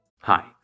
Hi